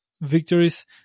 victories